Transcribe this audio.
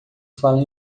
fala